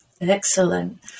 excellent